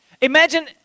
imagine